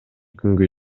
күнгө